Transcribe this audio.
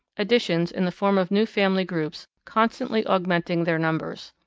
additions, in the form of new family groups, constantly augmenting their numbers.